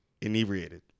inebriated